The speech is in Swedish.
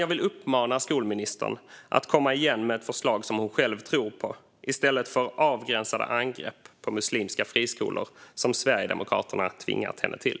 Jag vill uppmana skolministern att komma igen med ett förslag som hon själv tror på i stället för de avgränsade angrepp på muslimska friskolor som Sverigedemokraterna tvingat henne till.